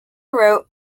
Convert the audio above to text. wrote